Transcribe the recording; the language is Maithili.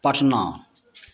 पटना